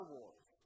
Wars